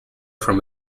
from